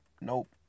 nope